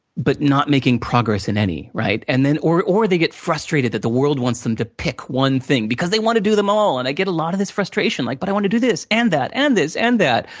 but not making progress in any, right? and then, or or they get frustrated that the world wants them to pick one thing, because they wanna do them all, and they get a lot of this frustration, like, but i wanna do this, and that, and this, and that.